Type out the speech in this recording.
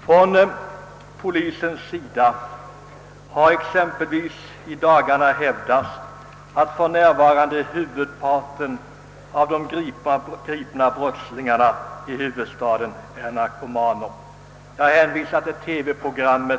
Från polisens sida har exempelvis i dagarna hävdats att för närvarande huvudparten av de gripna brottslingarna i huvudstaden är narkomaner. Jag hänvisar härvidlag till ett TV-program